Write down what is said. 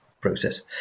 process